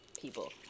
people